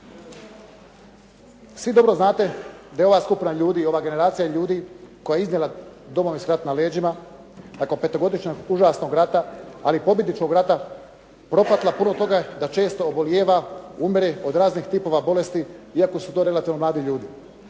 Svi dobro znate da ova skupina ljudi i ova generacija ljudi koja je iznijela Domovinski rat na leđima, nakon 5-godišnjeg užasnog rata ali pobjedničkog rata, propatila puno toga, da često obolijeva, umre od raznih tipova bolesti iako su to relativno mladi ljudi.